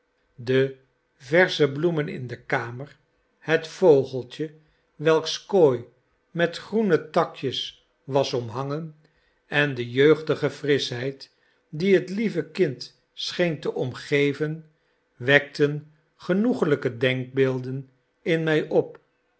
de versche bloemen in de kamer het vogeltje welks kooi met groene takjes was omhangen en dejeugdige frischheid die het lieve kind scheen te omgeven wekten genoeglijke denkbeelden in mij op